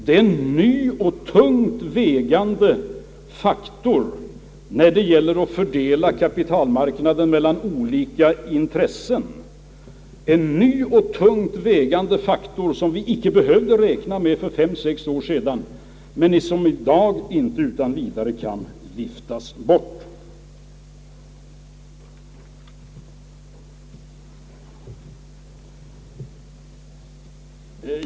Detta är en ny och tungt vägande faktor när det gäller att fördela kapitalmarknaden mellan olika intressen — en faktor som vi inte behövde räkna med för fem eller sex år sedan men som i dag inte utan vidare kan viftas bort.